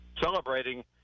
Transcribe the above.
celebrating